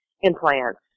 implants